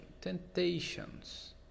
temptations